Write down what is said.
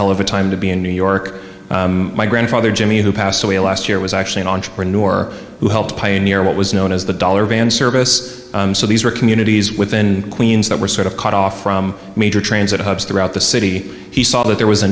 hell of a time b in new york my grandfather jimmy who passed away last year was actually an entrepreneur who helped pioneer what was known as the dollar van service so these were communities within queens that were sort of cut off from major transit hubs throughout the city he saw that there was a